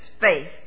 faith